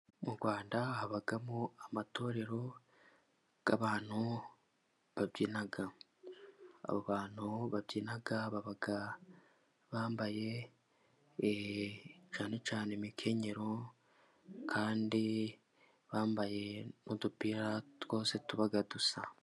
Mu rwanda habamo amatorero y'abantu babyina abo bantu babyina baba bambaye cyane cyane imikenyero kandi bambaye n'udupira twose tuba dusa.